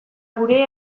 gure